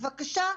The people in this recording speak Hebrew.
בבקשה.